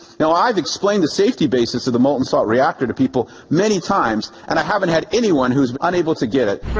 now i've explained the safety basis of the molten salt reactor to people many times, and i haven't had anyone who is unable to get it.